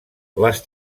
les